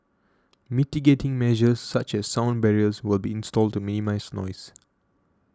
mitigating measures such as sound barriers will be installed to minimise noise